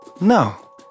No